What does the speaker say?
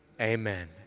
amen